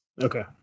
Okay